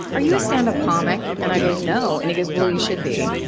are you a standup comic? and i go, no. and he goes, well you should be.